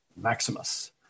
Maximus